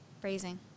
Phrasing